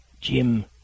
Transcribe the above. Jim